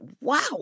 wow